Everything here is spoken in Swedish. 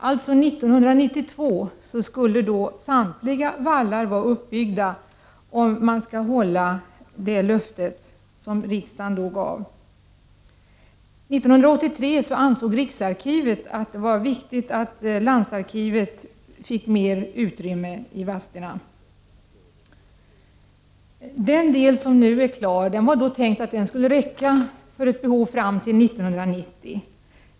1992 skall alltså samtliga vallar vara uppbyggda, om riksdagens löfte skall kunna hållas. Riksarkivet ansåg 1983 att det var viktigt att Vadstena landsarkiv fick mer utrymme. Den del som nu är klar skulle täcka behovet fram till 1990.